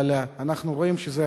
אבל אנחנו רואים שזו